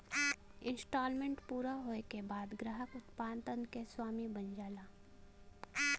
instalment पूरा होये के बाद ग्राहक उत्पाद क स्वामी बन जाला